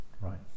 Right